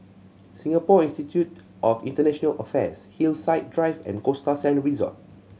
Singapore Institute of International Affairs Hillside Drive and Costa Sands Resort